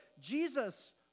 Jesus